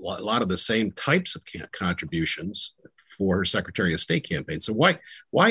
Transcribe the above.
lot of the same types of contributions for secretary of state campaign so why why